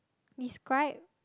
describe